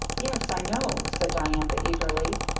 yes, i know, said diantha, eagerly,